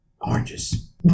Oranges